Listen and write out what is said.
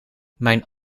mijn